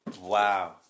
Wow